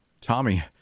tommy